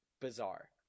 bizarre